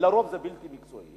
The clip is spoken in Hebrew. הם בלתי מקצועיים